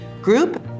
group